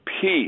peace